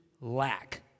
lack